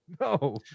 No